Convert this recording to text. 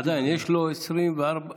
עדיין יש לו 23 שניות.